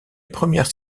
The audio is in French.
première